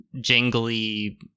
jingly